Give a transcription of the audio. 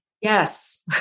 yes